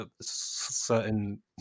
Certain